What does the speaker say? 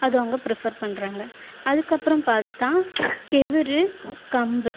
அது அவங்க ப்ரீஃபர் பண்ணுறாங்க அதுக்கப்புறம் பார்த்தா கெவுரு கம்பு